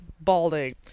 balding